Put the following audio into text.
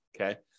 Okay